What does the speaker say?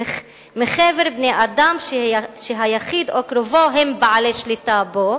"מחבר בני-אדם שהיחיד או קרובו הם בעלי שליטה בו"